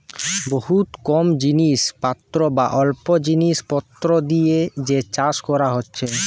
বহুত কম জিনিস পত্র বা অল্প জিনিস পত্র দিয়ে যে চাষ কোরা হচ্ছে